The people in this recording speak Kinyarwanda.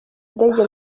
indege